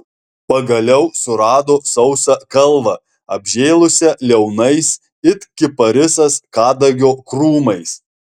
pagaliau surado sausą kalvą apžėlusią liaunais it kiparisas kadagio krūmais